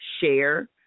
share